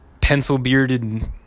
pencil-bearded